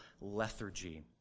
lethargy